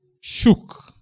shook